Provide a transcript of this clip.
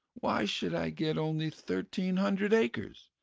why should i get only thirteen hundred acres,